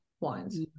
wines